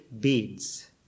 beads